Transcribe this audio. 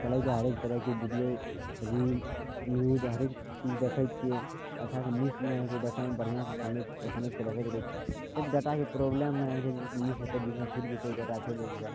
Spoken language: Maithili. चलै छै हरेक तरहके बीडिओ रील्स न्यूज हरेक चीज दखैत छियै अच्छा से मिस नहि होइ छै देखैमे बढ़िआँ से समैझ समैझके देखैत रहै छियै किए तऽ डाटाके प्रोब्लेम नहि होइ छै मिस हेतै बीचमे छुटि जेतै डेटा छोड़ि देतै तऽ